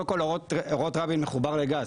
קודם כל אורות רבין מחובר בגז,